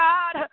God